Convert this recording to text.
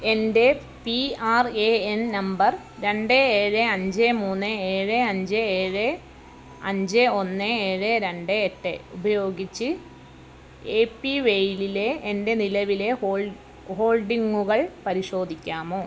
എൻ്റെ P R A N number രണ്ട് ഏഴ് അഞ്ച് മൂന്ന് ഏഴ് അഞ്ച് ഏഴ് അഞ്ച് ഒന്ന് ഏഴ് രണ്ട് എട്ട് ഉപയോഗിച്ച് എ പി വൈ യിലെ എൻ്റെ നിലവിലെ ഹോൾഡിംഗുകൾ പരിശോധിക്കാമോ